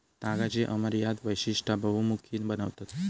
तागाची अमर्याद वैशिष्टा बहुमुखी बनवतत